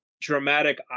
dramatic